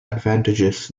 advantages